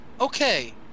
Okay